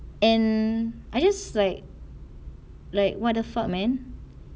and I just like like what the fuck man